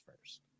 first